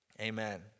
Amen